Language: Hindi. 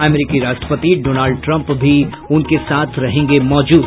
अमरीकी राष्ट्रपति डोनाल्ड ट्रंप भी उनके साथ रहेंगे मौजूद